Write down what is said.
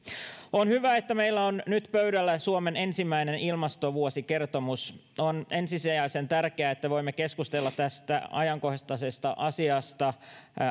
on hyvä että meillä on nyt pöydällä suomen ensimmäinen ilmastovuosikertomus on ensisijaisen tärkeää että voimme keskustella tästä ajankohtaisesta asiasta